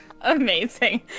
Amazing